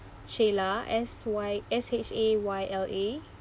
shayla S Y S H A Y L A